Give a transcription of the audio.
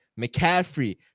McCaffrey